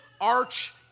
arch